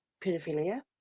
pedophilia